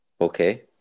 Okay